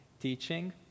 teaching